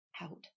out